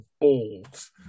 balls